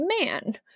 man